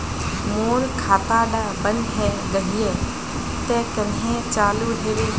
मोर खाता डा बन है गहिये ते कन्हे चालू हैबे?